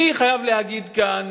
אני חייב להגיד כאן